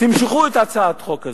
תמשכו את הצעת החוק הזאת.